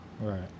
Right